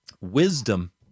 wisdom